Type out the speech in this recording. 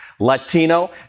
Latino